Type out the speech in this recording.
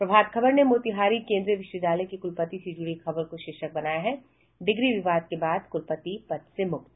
प्रभात खबर ने मोतिहारी केन्द्रीय विश्वविद्यालय के कुलपति से जुड़ी खबर का शीर्षक बनाया है डिग्री विवाद के बाद कुलपति पद से मुक्त